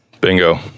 Bingo